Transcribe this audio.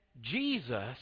Jesus